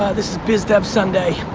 this is bizdevsunday.